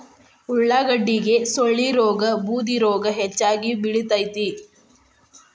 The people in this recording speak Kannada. ಉಳಾಗಡ್ಡಿಗೆ ಸೊಳ್ಳಿರೋಗಾ ಬೂದಿರೋಗಾ ಹೆಚ್ಚಾಗಿ ಬಿಳತೈತಿ